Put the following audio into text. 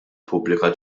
pubblika